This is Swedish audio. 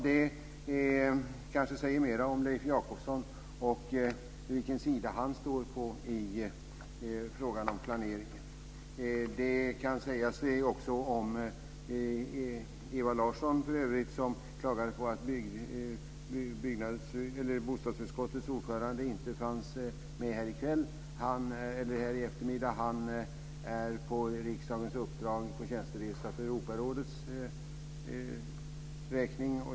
Det kanske säger mer om Leif Jakobsson och vilken sida han står på i frågan om planeringen. Det kan för övrigt sägas också om Ewa Larsson. Hon klagade på att bostadsutskottets ordförande inte fanns med här i eftermiddag. Han är på riksdagens uppdrag på tjänsteresa för Europarådets räkning.